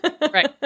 right